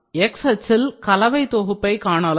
x அச்சில் கலவை தொகுப்பை காணலாம்